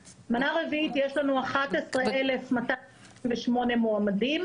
כמו שתיארה יושבת ראש הוועדה,